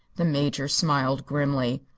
the major smiled grimly.